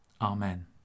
Amen